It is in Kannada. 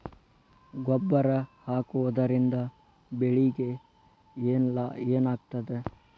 ಗೊಬ್ಬರ ಹಾಕುವುದರಿಂದ ಬೆಳಿಗ ಏನಾಗ್ತದ?